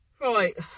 Right